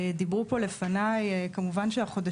דיברו פה לפניי, כמובן, שהחודשים.